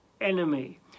enemy